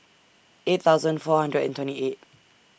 eight thousand four hundred and twenty eight